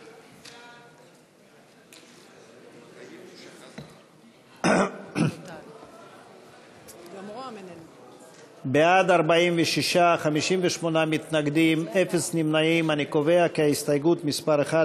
1. ההסתייגות של קבוצת סיעת המחנה